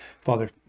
Father